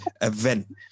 event